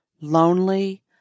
lonely